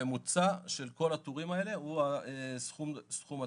הממוצע של כל הטורים האלה הוא סכום התקורה.